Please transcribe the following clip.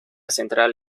central